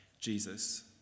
Jesus